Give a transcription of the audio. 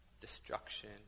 destruction